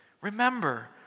remember